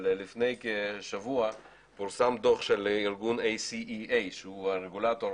לפני כשבוע פורסם דוח של ארגון ACEA שהוא הרגולטור